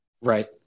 Right